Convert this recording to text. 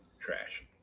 trash